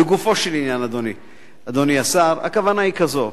לגופו של עניין, אדוני השר, הכוונה היא כזאת: